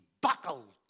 buckled